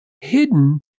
hidden